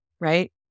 Right